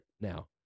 Now